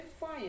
fire